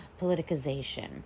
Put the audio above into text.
politicization